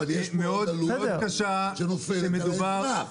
אבל יש פה עלות שנופלת על האזרח,